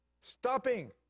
stopping